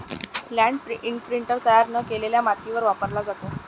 land imprinter तयार न केलेल्या मातीवर वापरला जातो